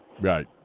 Right